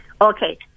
Okay